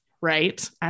Right